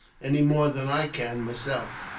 any more than i can, myself.